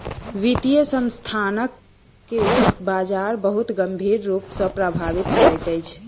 वित्तीय संस्थान के बजार बहुत गंभीर रूप सॅ प्रभावित करैत अछि